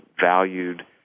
valued